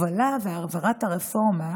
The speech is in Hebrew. ההובלה וההעברה של הרפורמה,